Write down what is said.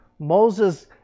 Moses